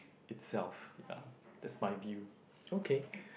itself yeah that's my view okay